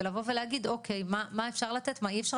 ולבוא ולהגיד מה אפשר לתת מה אי אפשר